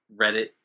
Reddit